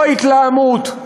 לא התלהמות,